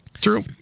True